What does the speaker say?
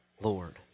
Lord